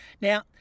Now